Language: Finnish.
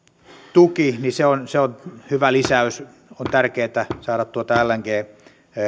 se on se on hyvä lisäys on tärkeätä saada tuota lng